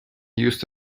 used